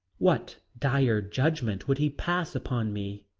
what dire judgment would he pass upon me?